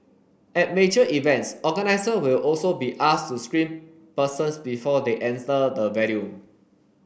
at major events organiser will also be asked to screen persons before they enter the venue